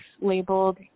labeled